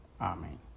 amen